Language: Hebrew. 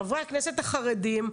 חברי הכנסת החרדים,